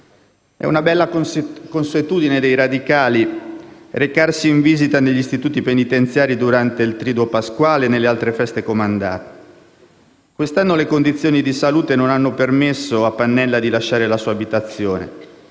È una bella consuetudine dei radicali quella di recarsi in visita negli istituti penitenziari durante il triduo pasquale e nelle altre feste comandate. Quest'anno le condizioni di salute non hanno permesso a Pannella di lasciare la sua abitazione